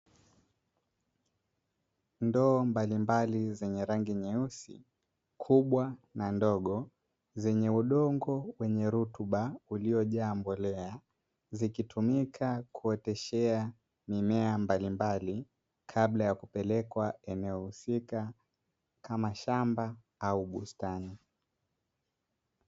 Ndoo mbalimbali zenye rangi nyeusi kubwa na ndogo, zenye udongo wa wenye rutuba uliojaa mbolea. Zikitumika kuoteshea mimea mbalimbali, kabla ya kupelekwa eneo husika kama shamba au bustani.